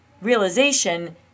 realization